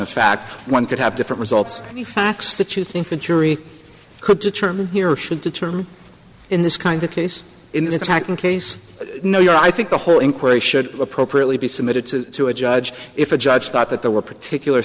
of fact one could have different results of the facts that you think the jury could determine here or should determine in this kind of case in this hacking case no i think the whole inquiry should appropriately be submitted to to a judge if a judge thought that there were particular